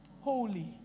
holy